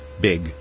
Big